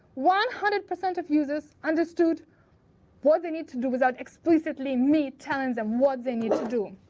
one hundred percent of users understood what they need to do without explicitly me telling them what they need to do,